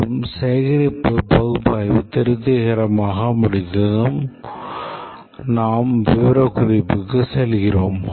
மேலும் சேகரிப்பு பகுப்பாய்வு திருப்திகரமாக முடிந்ததும் திருப்திகரமாக நிறைவடைந்ததும் நாம் விவரக்குறிப்புக்கு செல்கிறோம்